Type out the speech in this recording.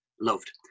loved